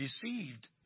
deceived